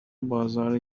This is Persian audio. بازار